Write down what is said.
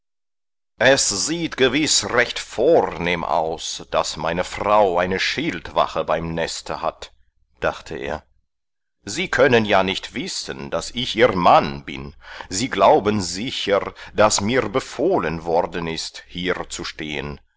es sieht gewiß recht vornehm aus daß meine frau eine schildwache beim neste hat dachte er sie können ja nicht wissen daß ich ihr mann bin sie glauben sicher daß mir befohlen worden ist hier zu stehen